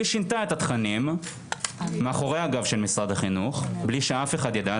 היא שינתה את התכנים מאחורי הגב של משרד החינוך בלי שאף אחד ידע,